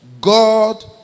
God